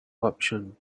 option